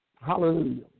Hallelujah